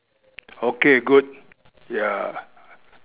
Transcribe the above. okay good ya